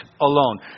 alone